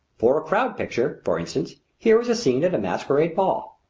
for a crowd picture, for instance, here is a scene at a masquerade ball.